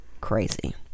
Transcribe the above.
crazy